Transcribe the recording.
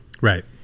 Right